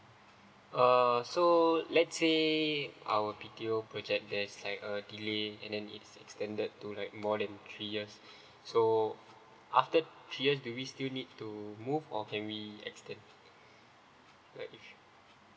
err so let's say our B_T_O project there's slight uh delay and then it's extended to like more than three years so after three years do we still need to to move or can we extend